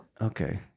Okay